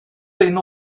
ayında